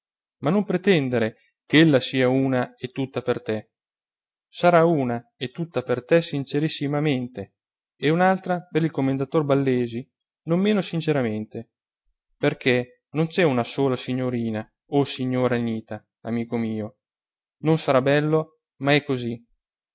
ma non pretendere che ella sia una e tutta per te sarà una e tutta per te sincerissimamente e un'altra per il commendator ballesi non meno sinceramente perché non c'è una sola signorina o signora anita amico mio non sarà bello ma è così